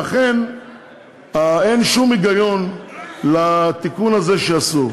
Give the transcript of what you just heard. לכן אין שום היגיון בתיקון הזה שעשו.